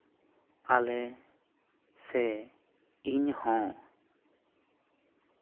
ᱟᱞᱮ ᱥᱮ ᱤᱧ ᱦᱚᱸ